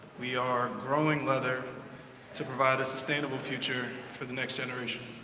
we are growing leather to provide a sustainable future for the next generation.